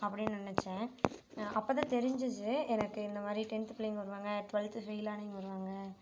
அப்படின்னு நினச்சேன் அப்போ தான் தெரிஞ்சிச்சு எனக்கு இந்த மாதிரி டென்த்து பிள்ளைங்கள் வருவாங்கள் டுவெல்த்து ஃபெயிலானவங்க வருவாங்க